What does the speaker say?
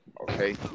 Okay